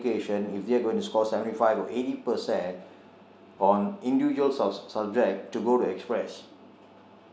education if they are going to score seventy five or eighty percent on individual sub~ subjects to go to express